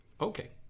Okay